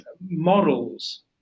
models